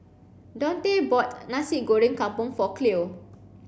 Daunte bought Nasi Goreng Kampung for Cleo